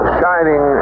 shining